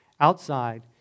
outside